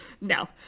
no